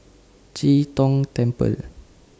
Chee Tong Temple